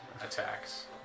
attacks